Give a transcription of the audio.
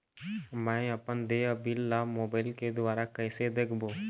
मैं अपन देय बिल ला मोबाइल के द्वारा कइसे देखबों?